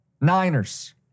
Niners